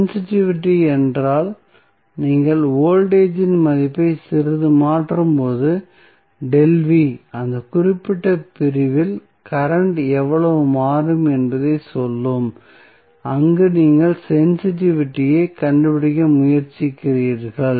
sensitivity என்றால் நீங்கள் voltage இன் மதிப்பை சிறிது மாற்றும்போது அந்த குறிப்பிட்ட பிரிவில் கரண்ட் எவ்வளவு மாறும் என்பதைச் சொல்லுங்கள் அங்கு நீங்கள் சென்சிடிவிட்டியை கண்டுபிடிக்க முயற்சிக்கிறீர்கள்